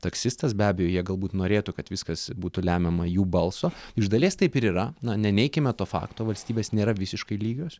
taksistas be abejo jie galbūt norėtų kad viskas būtų lemiama jų balso iš dalies taip ir yra na neneikime to fakto valstybės nėra visiškai lygios